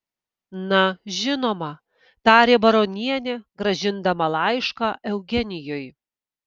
na žinoma tarė baronienė grąžindama laišką eugenijui